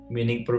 Meaning